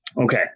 Okay